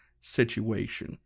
situation